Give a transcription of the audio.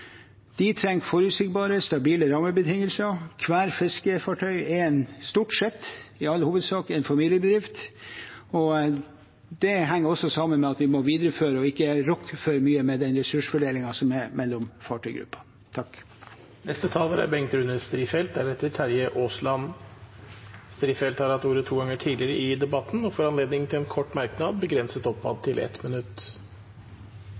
De trenger forutsigbare, stabile rammebetingelser. Stort sett er hvert fiskefartøy i all hovedsak en familiebedrift. Det henger også sammen med at vi må videreføre og ikke rokke for mye ved ressursfordelingen mellom fartøygrupper. Bengt Rune Strifeldt har hatt ordet to ganger tidligere i debatten og får ordet til en kort merknad, begrenset